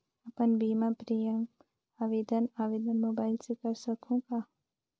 अपन बीमा प्रीमियम आवेदन आवेदन मोबाइल से कर सकहुं का?